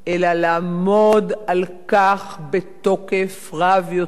אלא לעמוד על כך בתוקף רב יותר,